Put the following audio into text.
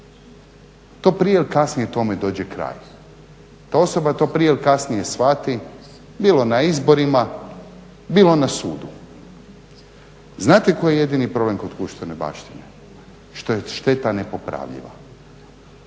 to prije ili kasnije tome dođe kraj. Ta osoba to prije ili kasnije shvati bilo na izborima, bilo na sudu. Znate koji je jedini problem kod društvene baštine? Što je šteta nepopravljiva,